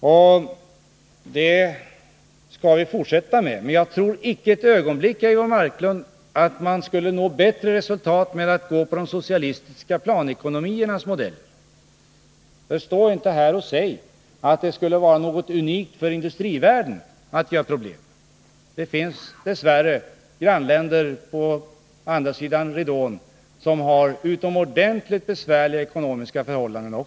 Det arbetet skall vi fortsätta med, men jag tror icke ett ögonblick, Eivor Marklund, att man skulle nå bättre resultat genom att följa de socialistiska planekonomiernas modell. Stå inte här och säg att det skulle vara något unikt för industrivärlden att vi har problem. Det finns grannländer på andra sidan ridån som dess värre också har utomordentligt besvärliga ekonomiska förhållanden.